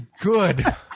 good